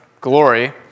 glory